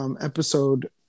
episode